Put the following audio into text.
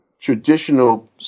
traditional